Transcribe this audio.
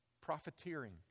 Profiteering